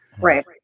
right